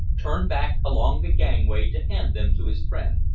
turned back along the gangway to hand them to his friend,